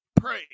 Pray